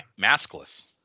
Maskless